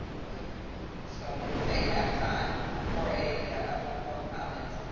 feel free to do so if they have time for a ah few more comments.